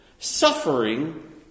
suffering